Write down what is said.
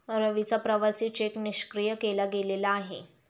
रवीचा प्रवासी चेक निष्क्रिय केला गेलेला आहे